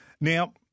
Now